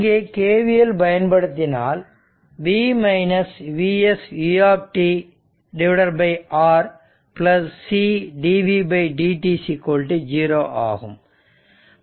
இங்கே KVL பயன்படுத்தினால் V Vs u R c dvd 0 ஆகும்